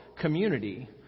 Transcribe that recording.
community